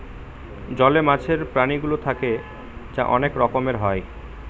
জলে মাছের প্রাণীগুলো থাকে তা অনেক রকমের হয়